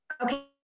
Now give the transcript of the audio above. okay